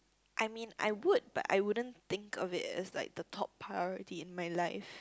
I mean I would but I wouldn't think of it as like the top priority in my life